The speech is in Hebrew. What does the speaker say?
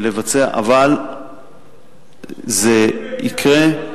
אבל זה יקרה.